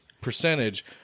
percentage